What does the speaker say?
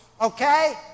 okay